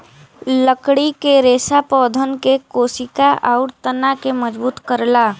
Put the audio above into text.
लकड़ी क रेसा पौधन के कोसिका आउर तना के मजबूत करला